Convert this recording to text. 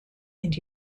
and